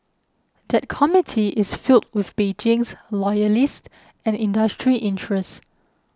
that committee is filled with Beijing loyalists and industry interests